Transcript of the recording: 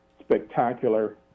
spectacular